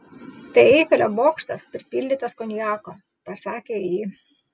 tai eifelio bokštas pripildytas konjako pasakė ji